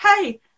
hey